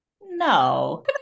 no